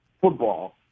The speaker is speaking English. football